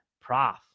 Prof